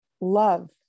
love